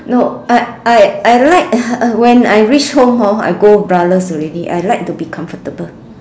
no I I I like uh when I reach home I go braless already I like to be comfortable